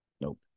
Nope